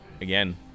again